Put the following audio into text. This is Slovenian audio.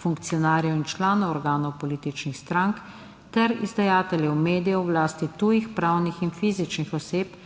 funkcionarjev in članov organov političnih strank ter izdajateljev medijev v lasti tujih pravnih in fizičnih oseb